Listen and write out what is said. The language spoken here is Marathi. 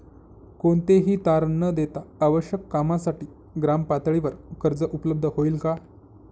कोणतेही तारण न देता आवश्यक कामासाठी ग्रामपातळीवर कर्ज उपलब्ध होईल का?